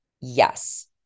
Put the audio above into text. yes